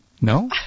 No